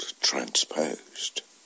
transposed